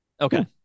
Okay